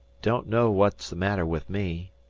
don't know what's the matter with me,